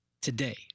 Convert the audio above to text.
today